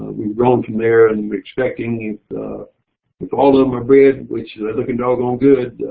we've grown from there. and we're expecting if if all of them are bred which they're looking doggone good,